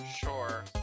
Sure